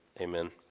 Amen